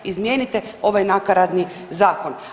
Izmijenite ovaj nakaradni zakon.